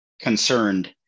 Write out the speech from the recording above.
concerned